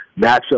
matchup